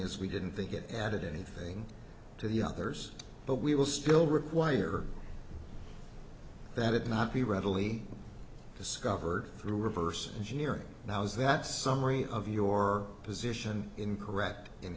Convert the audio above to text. is we didn't think it added anything to the others but we will still require that it not be readily discovered through reverse engineering now is that summary of your position incorrect in